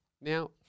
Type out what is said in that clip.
Now